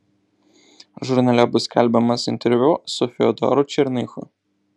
žurnale bus skelbiamas interviu su fedoru černychu